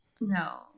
No